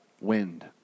wind